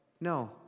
no